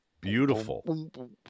Beautiful